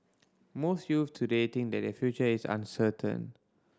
most youth today think that their future is uncertain